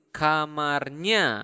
kamarnya